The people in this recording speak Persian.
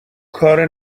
کار